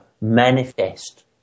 manifest